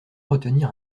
retenir